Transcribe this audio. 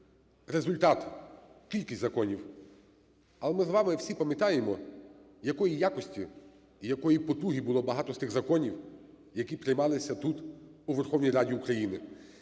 результат, кількість законів. Але ми з вами всі пам'ятаємо, якої якості і якої потуги було багато з тих законів, які приймалися тут, у Верховній Раді України,